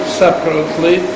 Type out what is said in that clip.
separately